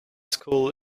school